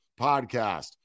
podcast